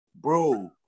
bro